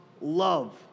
love